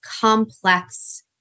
complex